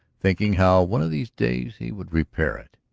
thinking how one of these days he would repair it.